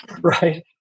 right